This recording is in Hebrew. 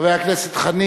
חבר הכנסת חנין,